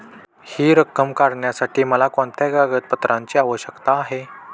हि रक्कम काढण्यासाठी मला कोणत्या कागदपत्रांची आवश्यकता आहे?